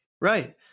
Right